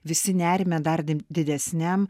visi nerime dar di didesniam